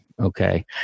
okay